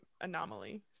anomaly